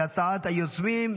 כהצעת היוזמים,